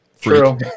True